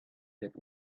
that